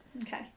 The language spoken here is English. Okay